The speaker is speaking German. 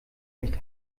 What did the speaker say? nicht